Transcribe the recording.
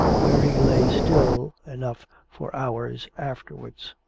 where he lay still enough for hours afterwards.